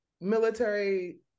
military